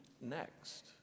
next